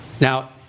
Now